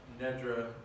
Nedra